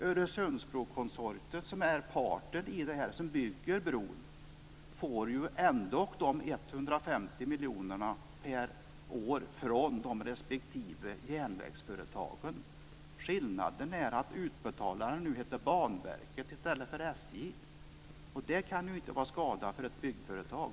Øresundsbro Konsortiet, som är parten i det här och bygger bron, får ju ändock de 150 miljonerna per år från de respektive järnvägsföretagen. Skillnaden är att utbetalaren nu heter Banverket i stället för SJ, och det kan väl inte vara till skada för ett byggföretag?